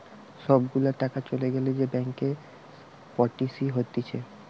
সব গুলা টাকা চলে গ্যালে যে ব্যাংকরপটসি হতিছে